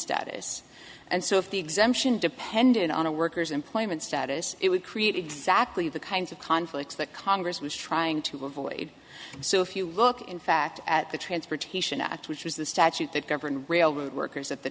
status and so if the exemption depended on a worker's employment status it would create exactly the kinds of conflicts that congress was trying to avoid so if you look in fact at the transportation act which was the statute that governed railroad workers at the